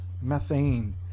methane